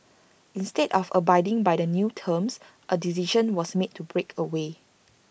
instead of abiding by the new terms A decision was made to break away